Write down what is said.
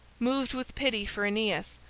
moved with pity for aeneas,